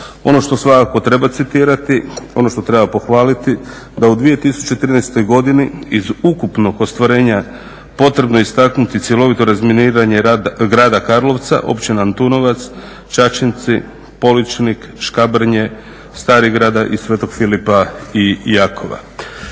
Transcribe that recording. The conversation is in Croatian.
Ono što svakako treba citirati, ono što treba pohvaliti da u 2013. godini iz ukupnog ostvarenja potrebno je istaknuti cjelovito razminiranje grada Karlovca, Općine Antunovac, Čačinci, Poličnik, Škabrnje, Starigrada i sv. Filipa i Jakova.